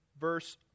verse